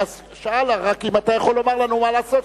אז רק אם אתה יכול לומר לנו מה לעשות,